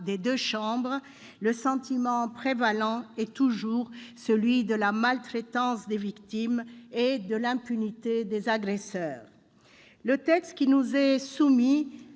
des deux chambres du Parlement, le sentiment prévalant est toujours celui de la maltraitance des victimes et de l'impunité des agresseurs. Le texte qui nous est soumis